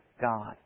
God